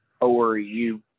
ORU